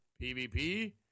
PvP